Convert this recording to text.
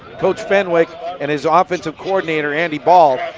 coach fenwick and his ah offensive coordinator, andy ball,